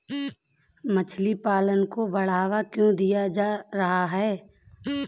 मछली पालन को बढ़ावा क्यों दिया जा रहा है?